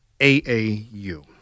AAU